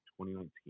2019